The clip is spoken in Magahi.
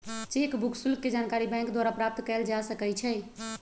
चेक बुक शुल्क के जानकारी बैंक द्वारा प्राप्त कयल जा सकइ छइ